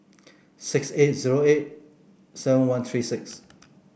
six eight zero eight seven one three six